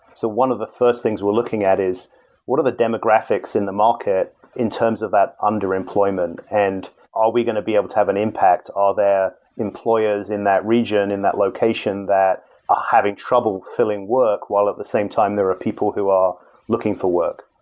so one of the first things we're looking at is what are the demographics in the market in terms of that underemployment and are we going to be able to have an impact? are there employers in that region, in that location, that are having trouble filling work while at the same time there are people who are looking for work?